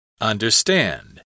Understand